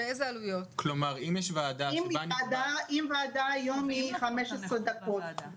אם ועדה היום היא 15 דקות,